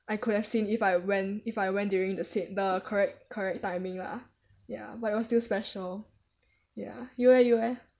I could have seen if I went if I went during the sea~ the correct correct timing lah ya but it was still special ya you eh you eh